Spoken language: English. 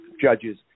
judges